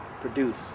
produce